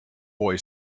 boy